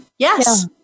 Yes